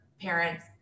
parents